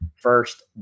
first